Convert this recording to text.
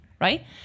right